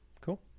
Cool